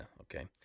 Okay